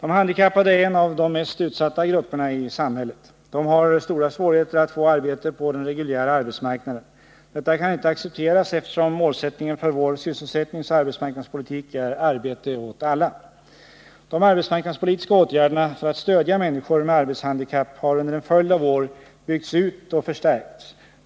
De handikappade är en av de mest utsatta grupperna i samhället. De har stora svårigheter att få arbete på den reguljära arbetsmarknaden. Detta kan inte accepteras, eftersom målsättningen för vår sysselsättningsoch arbets marknadspolitik är arbete åt alla. De arbetsmarknadspolitiska åtgärderna för att stödja människor med arbetshandikapp har under en följd av år byggts ut och förstärkts.